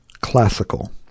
classical